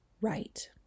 right